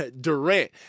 Durant